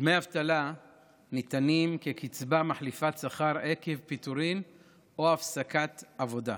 דמי אבטלה ניתנים כקצבה מחליפת שכר עקב פיטורים או הפסקת עבודה.